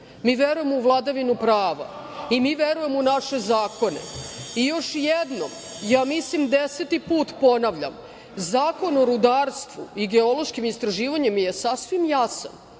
mi verujemo u vladavinu prava i mi verujemo u naše zakone. Još jednom, ja, mislim, 10 put ponavljam, Zakon o rudarstvu i geološkim istraživanjima je sasvim jasan,